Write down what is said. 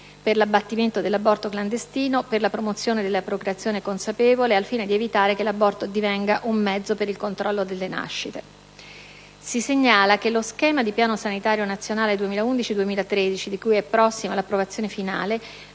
per l'abbattimento dell'aborto clandestino, per la promozione della procreazione consapevole, al fine di evitare che l'aborto divenga un mezzo per il controllo delle nascite. Segnalo, in particolare, che lo schema di piano sanitario nazionale 2011-2013, di cui è prossima l'approvazione finale,